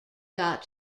got